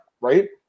right